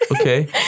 Okay